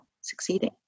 succeeding